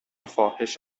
فاحش